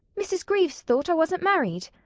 mrs. greaves thought i wasn't married.